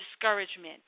discouragement